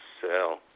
sell